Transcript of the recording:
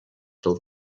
del